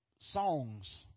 songs